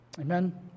Amen